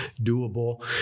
doable